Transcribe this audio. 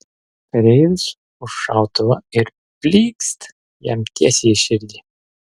kareivis už šautuvo ir plykst jam tiesiai į širdį